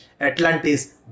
Atlantis